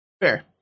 Fair